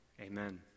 amen